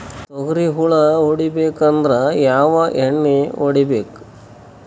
ತೊಗ್ರಿ ಹುಳ ಹೊಡಿಬೇಕಂದ್ರ ಯಾವ್ ಎಣ್ಣಿ ಹೊಡಿಬೇಕು?